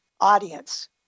audience